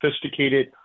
sophisticated